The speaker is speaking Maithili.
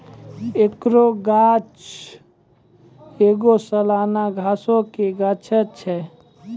एकरो गाछ एगो सलाना घासो के गाछ छै